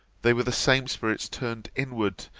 they were the same spirits turned inward,